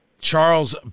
Charles